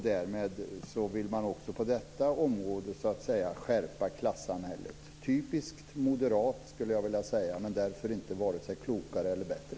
Därmed vill man också på detta område skärpa klasssamhället. Typiskt moderat, skulle jag vilja säga, men därför inte vare sig klokare eller bättre.